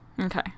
Okay